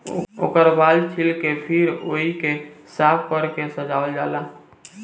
ओकर बाल छील के फिर ओइके साफ कर के सजावल जाला